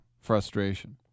frustration